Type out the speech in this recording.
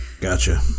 Gotcha